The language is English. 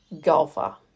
golfer